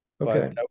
okay